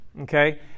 Okay